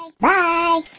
Bye